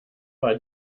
war